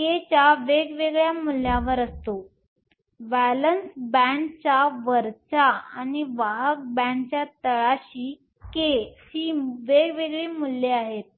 k च्या वेगवेगळ्या मूल्यांवर असतो व्हॅलेन्स बॅण्डच्या वरच्या आणि वाहक बॅण्डच्या तळाशी k ची वेगवेगळी मूल्ये आहेत